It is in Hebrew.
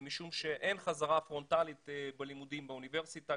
מפני שאין חזרה פרונטלית בלימודים באוניברסיטה.